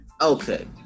Okay